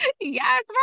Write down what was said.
Yes